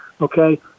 okay